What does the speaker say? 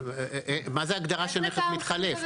מה זה הגדרה של נכס מתחלף?